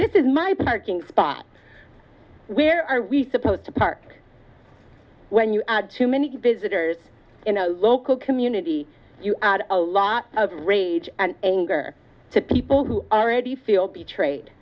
this is my parking spot where are we supposed to park when you are too many visitors in a local community a lot of rage and anger to people who already feel betrayed